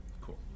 Cool